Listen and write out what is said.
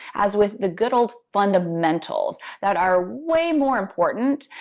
as with the good old fundamentals that are way more important,